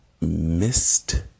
missed